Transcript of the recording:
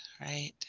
right